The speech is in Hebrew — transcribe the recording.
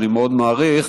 שאני מאוד מעריך,